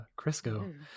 crisco